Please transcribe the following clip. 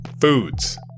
Foods